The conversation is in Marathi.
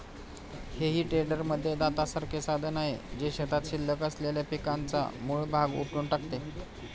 हेई टेडरमध्ये दातासारखे साधन आहे, जे शेतात शिल्लक असलेल्या पिकाचा मूळ भाग उपटून टाकते